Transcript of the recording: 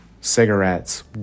cigarettes